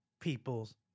people's